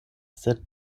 sed